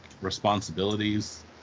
responsibilities